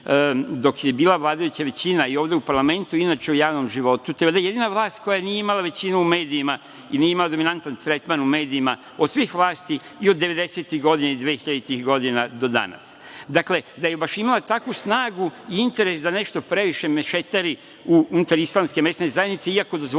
dok je bila vladajuća većina i ovde u parlamentu i inače u javnom životu, to je valjda jedina vlast koja nije imala većinu u medijima i nije imala dominantan tretman u medijima od svih vlasti i od 90-ih godina i 2000-ih godina do danas. Dakle, da je baš imala takvu snagu i interes da nešto previše mešetari unutar islamske mesne zajednice, iako dozvoljavam